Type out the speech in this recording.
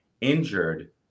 injured